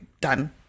done